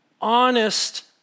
Honest